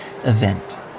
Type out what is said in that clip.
event